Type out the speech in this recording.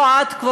לא את,